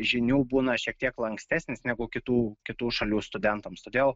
žinių būna šiek tiek lankstesnis negu kitų kitų šalių studentams todėl